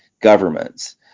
governments